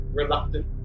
reluctant